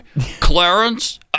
Clarence